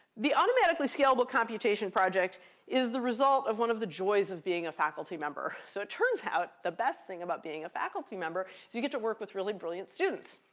the automatically scalable computation project is the result of one of the joys of being a faculty member. so it turns out the best thing about being a faculty member is you get to work with really brilliant students.